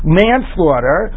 manslaughter